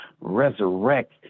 resurrect